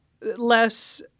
less